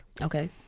okay